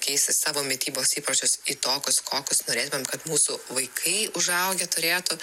keisti savo mitybos įpročius į tokius kokius norėtumėm kad mūsų vaikai užaugę turėtų